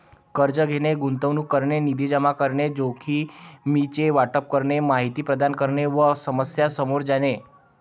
कर्ज घेणे, गुंतवणूक करणे, निधी जमा करणे, जोखमीचे वाटप करणे, माहिती प्रदान करणे व समस्या सामोरे जाणे